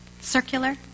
Circular